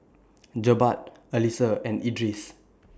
Jebat Alyssa and Idris